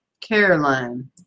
Caroline